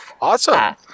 Awesome